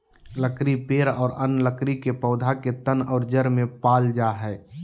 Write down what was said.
लकड़ी पेड़ और अन्य लकड़ी के पौधा के तन और जड़ में पाल जा हइ